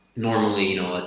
normally you know,